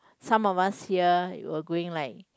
some of here were going like